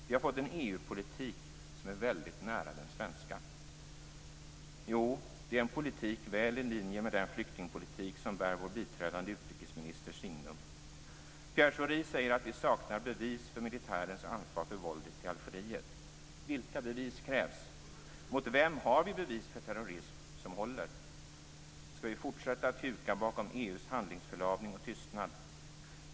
Vi har fått en EU politik som är väldigt nära den svenska." Jo, det är en politik väl i linje med den flyktingpolitik som bär vår biträdande utrikesministers signum. Pierre Schori säger att vi saknar bevis för militärens ansvar för våldet i Algeriet. Vilka bevis krävs? Och mot vem har vi hållbara bevis för terrorism? Skall vi fortsätta att huka bakom EU:s handlingsförlamning och tystnad?